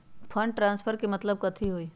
Fund transfer के मतलब कथी होई?